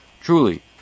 Truly